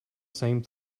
same